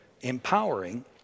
empowering